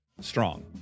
strong